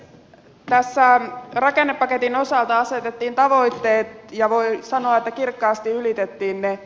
tässä rakennepaketin osalta asetettiin tavoitteet ja voi sanoa että kirkkaasti ylitettiin ne